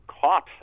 caught